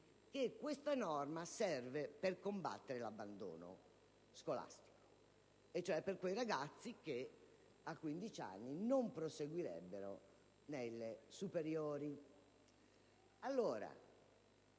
che questa norma serve per combattere l'abbandono scolastico e cioè per quei ragazzi che a 15 anni non proseguirebbero gli studi